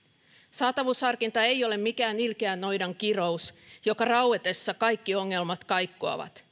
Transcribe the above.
saatavuusharkinta ei ole mikään ilkeän noidan kirous jonka rauetessa kaikki ongelmat kaikkoavat